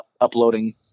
uploading